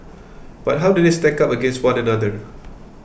but how do they stack up against one another